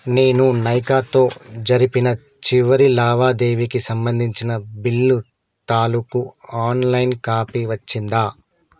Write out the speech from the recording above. నేను నైకాతో జరిపిన చివరి లావాదేవీకి సంబంధించిన బిల్లు తాలూకు ఆన్లైన్ కాపీ వచ్చిందా